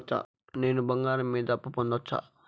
నేను బంగారం మీద అప్పు పొందొచ్చా?